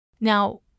Now